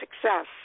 success